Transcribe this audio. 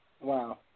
wow